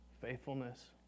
faithfulness